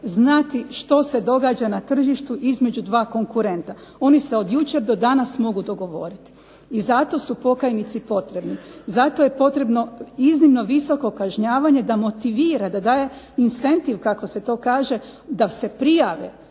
znati što se događa na tržištu između dva konkurenta. Oni se od jučer do danas mogu dogovoriti, i zato su pokajnici potrebni, zato je potrebno iznimno visoko kažnjavanje da motivira, da daje …/Ne razumije se./… kako se to kaže, da se prijave,